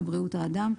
לבריאות האדם,